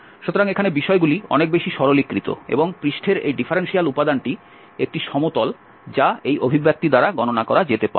সুতরাং এখানে বিষয়গুলি অনেক বেশি সরলীকৃত এবং পৃষ্ঠের এই ডিফারেনশিয়াল উপাদানটি একটি সমতল যা এই অভিব্যক্তি দ্বারা গণনা করা যেতে পারে